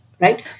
right